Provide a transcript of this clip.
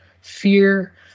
fear